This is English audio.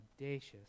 audacious